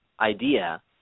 idea